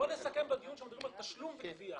בואו נסכם בדיון שמדברים על תשלום וגבייה.